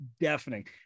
deafening